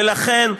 ולכן,